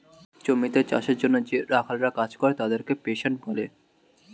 জমিতে চাষের জন্যে যে রাখালরা কাজ করে তাদেরকে পেস্যান্ট বলে